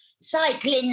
cycling